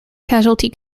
casualty